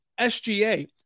SGA